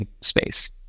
space